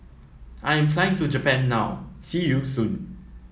I am flying to Japan now see you soon